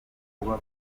kuba